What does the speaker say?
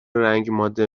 رنگماده